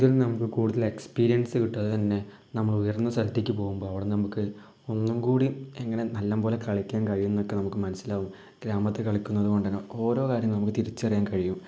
ഇതിൽ നിന്ന് നമുക്ക് കൂടുതൽ എസ്പീരിയൻസ് കിട്ടുക അത് തന്നെ നമ്മള് ഉയർന്ന സ്ഥലത്തേക്ക് പോകുമ്പോൾ അവിടുന്ന് നമുക്ക് ഒന്നുംകൂടി ഇങ്ങനെ നല്ലത് പോലെ കളിക്കാൻ കഴിയുമെന്ന് ഒക്കെ നമുക്ക് മനസ്സിലാവും ഗ്രാമത്തിൽ കളിക്കുന്നത് കൊണ്ട് തന്നെ ഓരോ കാര്യങ്ങളും നമുക്ക് തിരിച്ചറിയാൻ കഴിയും